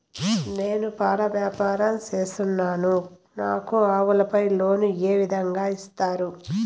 నేను పాల వ్యాపారం సేస్తున్నాను, నాకు ఆవులపై లోను ఏ విధంగా ఇస్తారు